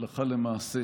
הלכה למעשה,